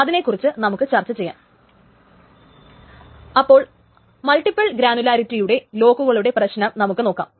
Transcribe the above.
അതിനെ കുറിച്ച് നമുക്ക് ചർച്ച ചെയ്യാം അപ്പോൾ മൾട്ടിബിൾ ഗ്രാനുലാരിറ്റിയുടെ ലോക്കുകളുടെ പ്രശ്നം നമുക്ക് നോക്കാം